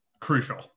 crucial